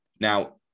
Now